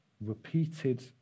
repeated